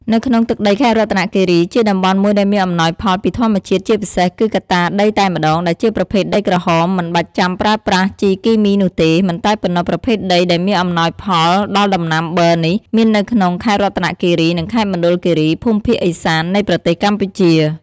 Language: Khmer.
នៅក្នុងទឹកដីខេត្តរតនគិរី ជាតំបន់មួយដែលមានអំណោយផលពីធម្មជាតិ ជាពិសេសគឺកត្តាដីតែម្តង ដែលជាប្រភេទដីក្រហម មិនបាច់ចាំប្រើប្រាស់ជីគីមីនោះទេ មិនតែប៉ុណ្ណោះប្រភេទដីដែលមានអំណោយផលដល់ដំណាំប័រនេះ មាននៅក្នុងខេត្តរតនគិរី និងខេត្តមណ្ឌលគិរី ភូមិភាគឦសាន នៃប្រទេសកម្ពុជា។